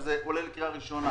שזה כולל קריאה ראשונה?